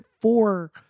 four